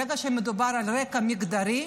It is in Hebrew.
ברגע שמדובר על רקע מגדרי,